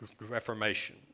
Reformation